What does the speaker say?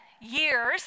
years